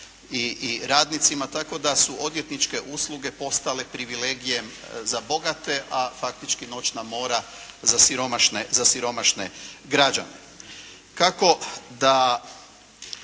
i radnicima, tako da su odvjetničke usluge postale privilegijem za bogate, a faktički noćna mora za siromašne građane.